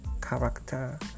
character